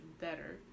better